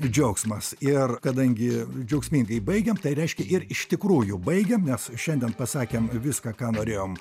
džiaugsmas ir kadangi džiaugsmingai baigiam tai reiškia ir iš tikrųjų baigiam nes šiandien pasakėm viską ką norėjom